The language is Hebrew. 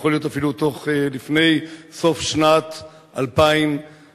יכול להיות שאפילו לפני סוף שנת 2012,